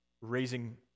raising